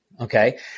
Okay